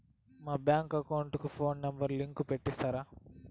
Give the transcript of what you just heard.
మా bank account కు phone number link పెట్టి ఇస్తారా?